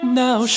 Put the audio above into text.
now